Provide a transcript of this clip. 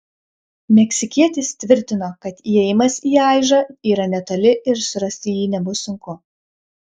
meksikietis tvirtino kad įėjimas į aižą yra netoli ir surasti jį nebus sunku